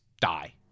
die